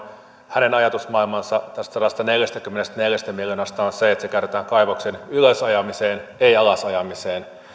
hänen ajatusmaailmansa tästä sadastaneljästäkymmenestäneljästä miljoonasta on se että se käytetään kaivoksen ylösajamiseen ei alasajamiseen